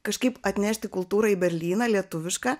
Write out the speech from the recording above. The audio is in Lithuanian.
kažkaip atnešti kultūrą į berlyną lietuvišką